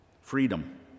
freedom